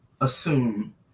assume